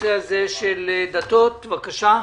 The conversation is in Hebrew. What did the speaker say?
הנושא הזה של משרד הדתות, בבקשה.